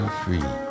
free